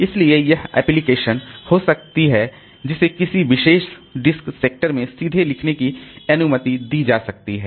इसलिए यह वह एप्लीकेशन हो सकती है जिसे किसी विशेष डिस्क सेक्टर में सीधे लिखने की अनुमति दी जा सकती है